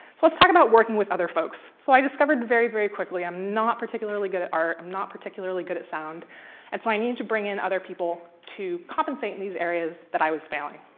so let's talk about working with other folks. so i discovered very, very quickly, i'm not particularly good at art. i'm not particularly good at sound. so i needed to bring in other people to compensate in these areas that i was failing.